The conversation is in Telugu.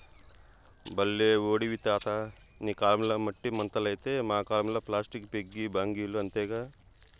బల్లే ఓడివి తాతా నీ కాలంల మట్టి ముంతలైతే మా కాలంల ప్లాస్టిక్ పిగ్గీ బాంకీలు అంతేగా